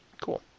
Cool